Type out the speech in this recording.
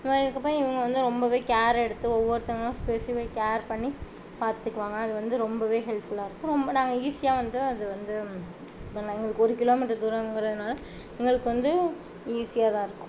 இது மாதிரியிருக்கப்ப இவங்க வந்து ரொம்பவே கேர் எடுத்து ஒவ்வொருத்தவங்களும் ஸ்பெசிஃபை கேர் பண்ணி பார்த்துக்குவாங்க அது வந்து ரொம்பவே ஹெல்ப்ஃபுல்லாக இருக்கும் ரொம்ப நாங்கள் ஈஸியாக வந்து அது வந்து இப்போ ந எங்களுக்கு ஒரு கிலோமீட்டர் தூரங்கிறதுனால் எங்களுக்கு வந்து ஈஸியாகதான் இருக்கும்